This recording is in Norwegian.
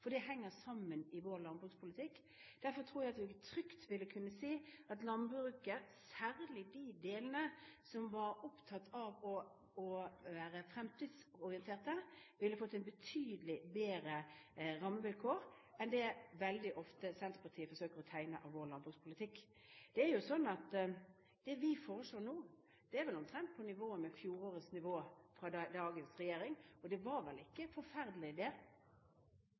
for det henger sammen i vår landbrukspolitikk. Derfor tror jeg at vi trygt kan si at landbruket, særlig i de delene som var opptatt av å være fremtidsorienterte, ville fått betydelig bedre rammevilkår enn det bildet Senterpartiet veldig ofte forsøker å tegne av vår landbrukspolitikk. Det vi foreslår nå, er vel omtrent på nivå med fjorårets nivå fra dagens regjering, og det var vel ikke forferdelig, det? For det